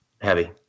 heavy